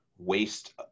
waste